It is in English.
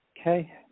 Okay